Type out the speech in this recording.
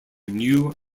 new